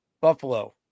Buffalo